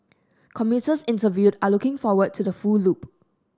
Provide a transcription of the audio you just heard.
commuters interviewed are looking forward to the full loop